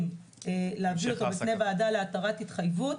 להביא אותו בפני ועדה להתרת התחייבות.